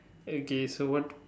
okay so what